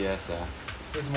为什么 leh